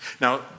Now